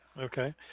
Okay